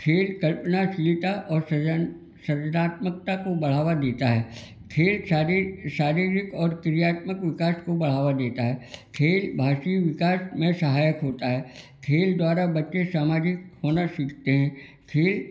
खेल कल्पनाशीलता और सर्जनात्मकता को बढ़ावा देता है खेल शारीरिक और क्रियात्मक विकास को बढ़ावा देता है खेल भारतीय विकास में सहायक होता है खेल द्वारा बच्चे सामाजिक होना सीखते हैं खेल